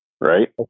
Right